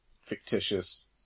fictitious